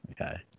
Okay